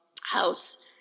house